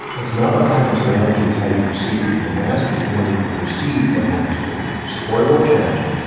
it's not what happens around you, it's how you perceive it, and the master is the one who can perceive what happens to them, supportive or challenging,